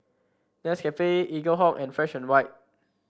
Nescafe Eaglehawk and Fresh And White